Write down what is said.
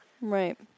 Right